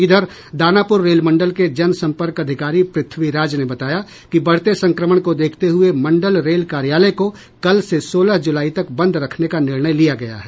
इधर दानापुर रेल मंडल के जनसंपर्क अधिकारी पृथ्वी राज ने बताया कि बढ़ते संक्रमण को देखते हुए मंडल रेल कार्यालय को कल से सोलह जुलाई तक बंद रखने का निर्णय लिया गया है